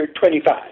25